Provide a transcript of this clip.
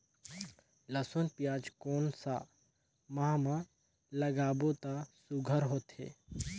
लसुन पियाज कोन सा माह म लागाबो त सुघ्घर होथे?